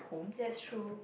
that's true